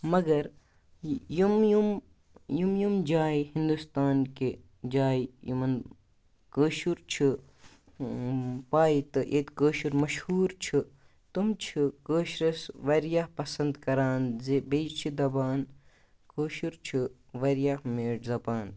مگر یِم یِم یِم یِم جایہِ ہِنٛدوستان کہِ جایہِ یِمَن کٲشُر چھُ پےَ تہٕ ییٚتہِ کٲشُر مشہوٗر چھُ تِم چھِ کٲشرِس واریاہ پَسَنٛد کَران زِ بیٚیہِ چھِ دَپان کٲشُر چھُ واریاہ میٖٹھ زَبان